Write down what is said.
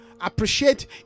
appreciate